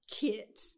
Kit